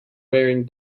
wearing